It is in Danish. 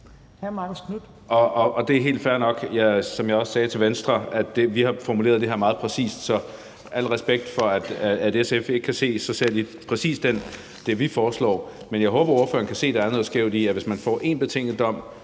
sagde til Venstre, har vi formuleret det her meget præcist, så al respekt for, at SF ikke kan se sig selv i præcis det, vi foreslår. Men jeg håber, at ordføreren kan se, at der er noget skævt i, at hvis man får en betinget dom,